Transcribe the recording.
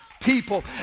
people